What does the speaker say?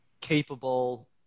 capable